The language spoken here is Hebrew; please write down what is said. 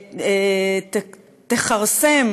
תכרסם